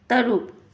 ꯇꯔꯨꯛ